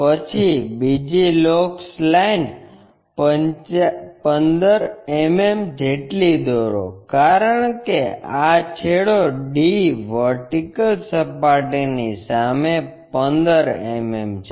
પછી બીજી locus line 15 mm જેટલી દોરો કારણ કે આ છેડો D વર્ટિકલ સપાટીની સામે 15 mm છે